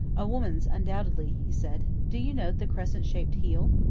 a woman's, undoubtedly, he said. do you note the crescent-shaped heel.